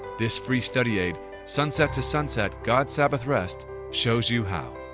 this free study aid sunset to sunset god's sabbath rest shows you how.